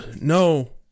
No